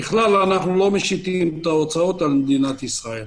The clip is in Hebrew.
ככלל, אנו לא משיתים את ההוצאות על מדינת ישראל.